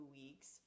weeks